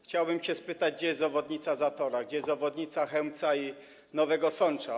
Chciałbym się spytać, gdzie jest obwodnica Zatora, gdzie jest obwodnica Chełmca i Nowego Sącza.